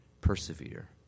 persevere